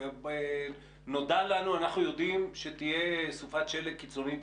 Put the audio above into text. אנחנו יודעים שתהיה סופת שלג קיצונית,